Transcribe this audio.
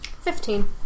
Fifteen